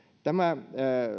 tämä